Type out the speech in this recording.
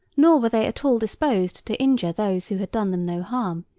nor were they at all disposed to injure those who had done them no harm,